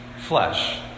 Flesh